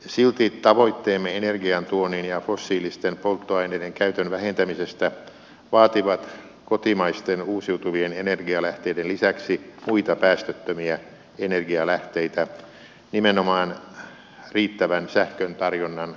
silti tavoitteemme energiantuonnin ja fossiilisten polttoaineiden käytön vähentämisestä vaativat kotimaisten uusiutuvien energialähteiden lisäksi muita päästöttömiä energialähteitä nimenomaan riittävän sähköntarjonnan varmistamiseksi